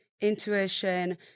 intuition